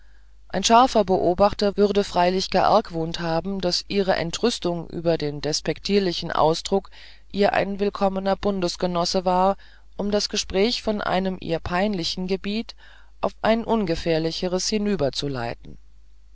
ein scharfer beobachter würde freilich geargwohnt haben daß ihre entrüstung über den despektierlichen ausdruck ihr ein willkommener bundesgenosse war um das gespräch von einem ihr peinlichen gebiete in ein ungefährliches